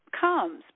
comes